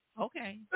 Okay